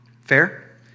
Fair